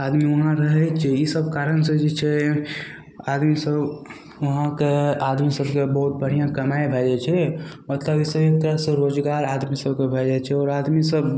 आदमी उहाँ रहय छै ई सभ कारणसँ जे छै आदमी सभ उहाँके आदमी सभके बहुत बढ़िआँ कमाइ भए जाइ छै मतलब जैसे एक तरहसँ रोजगार आदमी सभके भए जाइ छै आओर आदमी सभ